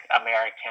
American